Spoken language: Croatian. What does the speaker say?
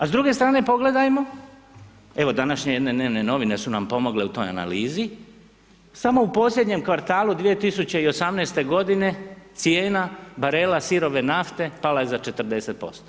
A s druge strane pogledajmo evo današnje jedne dnevne novije su nam pomogle u toj analizi, samo u posljednjem kvartalu 2018. g. cijena barela sirove nafte pala je za 40%